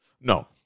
No